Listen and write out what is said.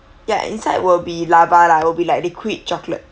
ya inside will be lava lah it will be like liquid chocolate